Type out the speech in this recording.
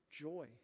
joy